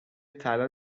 طلا